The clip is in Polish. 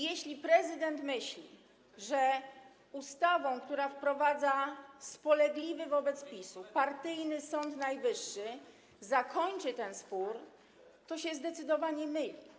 Jeśli prezydent myśli, że ustawą, która wprowadza spolegliwy wobec PiS-u partyjny Sąd Najwyższy, zakończy ten spór, to się zdecydowanie myli.